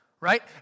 right